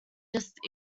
just